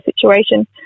situation